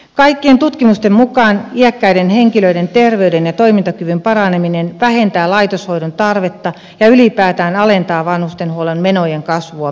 kaikkien tutkimusten mukaan iäkkäiden henkilöiden terveyden ja toimintakyvyn paraneminen vähentää laitoshoidon tarvetta ja ylipäätään alentaa vanhustenhuollon menojen kasvua merkittävästi